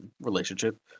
relationship